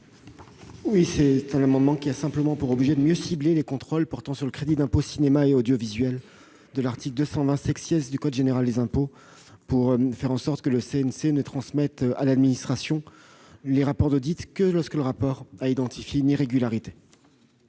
Cet amendement a simplement pour objet de mieux cibler les contrôles portant sur le crédit d'impôt cinéma et audiovisuel de l'article 220 du code général des impôts, pour faire en sorte que le CNC ne transmette à l'administration les rapports d'audit que lorsque le rapport a identifié une irrégularité.